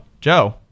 Joe